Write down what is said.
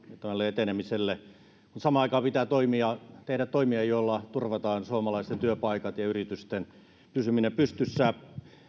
tälle etenemiselle mutta samaan aikaan pitää tehdä toimia joilla turvataan suomalaisten työpaikat ja yritysten pysyminen pystyssä